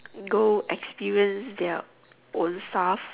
go experience their own stuff